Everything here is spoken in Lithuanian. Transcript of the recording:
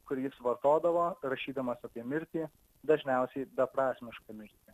kurį jis vartodavo rašydamas apie mirtį dažniausiai beprasmišką mirtį